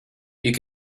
you